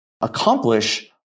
accomplish